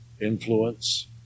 influence